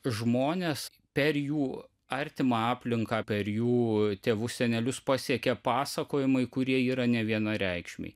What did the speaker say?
žmones per jų artimą aplinką per jų tėvus senelius pasiekė pasakojimai kurie yra nevienareikšmiai